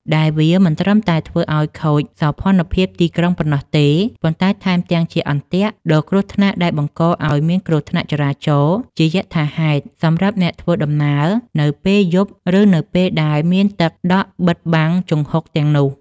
ដែលវាមិនត្រឹមតែធ្វើឱ្យខូចសោភ័ណភាពទីក្រុងប៉ុណ្ណោះទេ ប៉ុន្តែថែមទាំងជា អន្ទាក់ ដ៏គ្រោះថ្នាក់ដែលបង្កឱ្យមានគ្រោះថ្នាក់ចរាចរណ៍ជាយថាហេតុសម្រាប់អ្នកធ្វើដំណើរនៅពេលយប់ ឬនៅពេលដែលមានទឹកដក់បិទបាំងជង្ហុកទាំងនោះ។